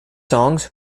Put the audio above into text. songs